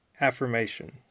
Affirmation